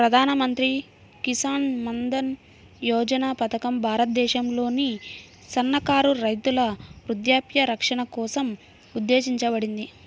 ప్రధాన్ మంత్రి కిసాన్ మన్ధన్ యోజన పథకం భారతదేశంలోని సన్నకారు రైతుల వృద్ధాప్య రక్షణ కోసం ఉద్దేశించబడింది